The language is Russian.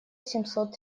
семьсот